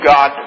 God